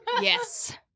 Yes